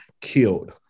killed